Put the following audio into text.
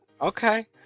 Okay